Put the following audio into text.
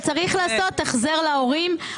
וצריך לעשות החזר להורים.